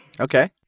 Okay